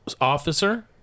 officer